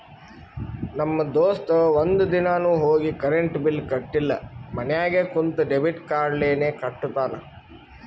ನಮ್ ದೋಸ್ತ ಒಂದ್ ದಿನಾನು ಹೋಗಿ ಕರೆಂಟ್ ಬಿಲ್ ಕಟ್ಟಿಲ ಮನ್ಯಾಗ ಕುಂತ ಡೆಬಿಟ್ ಕಾರ್ಡ್ಲೇನೆ ಕಟ್ಟತ್ತಾನ್